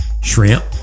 shrimp